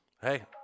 Hey